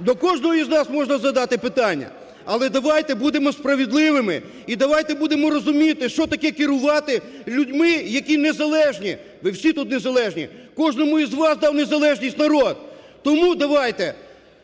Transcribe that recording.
До кожного з нас можна задати питання, але давайте будемо справедливими і давайте будемо розуміти, що таке керувати людьми, які незалежні. Ви всі тут незалежні. Кожному із вас дав незалежність народ. Тому давайте…